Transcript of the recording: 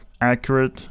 accurate